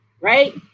right